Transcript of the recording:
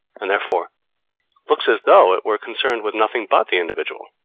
and therefore looks as though it were concerned with nothing but the individual.